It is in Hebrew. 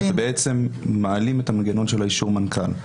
אנחנו מעלים את המנגנון של אישור מנכ"ל.